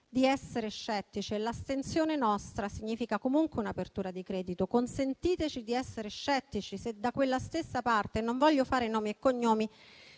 di essere scettici. La nostra astensione significa comunque un'apertura di credito. Consentiteci di essere scettici, se da quella stessa parte - non voglio fare nomi e cognomi